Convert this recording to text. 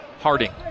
Harding